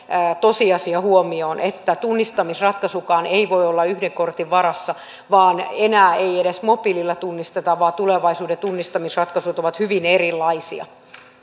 tosiasia että tunnistautumisratkaisukaan ei voi olla yhden kortin varassa enää ei edes mobiililla tunnisteta vaan tulevaisuuden tunnistamisratkaisut ovat hyvin erilaisia